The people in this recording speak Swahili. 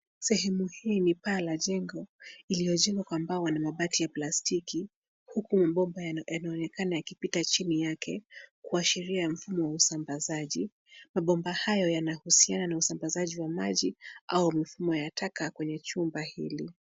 Sehemu hii ni paa la jengo lililojengwa kwa mbao na mabati ya plastiki huku mabomba yanaonekana yakipita chini yake kuashiria mfumo wa usambazaji. Mabomba hayo yanahusiana na usambazaji wa maji au wa mifumo ya taka kwenye jumba hili.